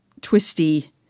twisty